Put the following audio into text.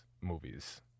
movies